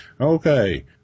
Okay